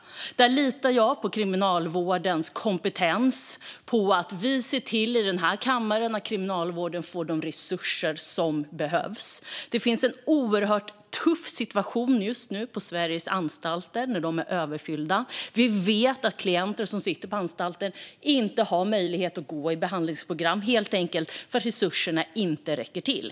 Där litar jag på Kriminalvårdens kompetens och på att vi här i kammaren ser till att Kriminalvården får de resurser som behövs. Situationen på Sveriges anstalter är just nu oerhört tuff, då de är överfulla. Vi vet att klienter som sitter på anstalt inte har möjlighet att delta i behandlingsprogram därför att resurserna helt enkelt inte räcker till.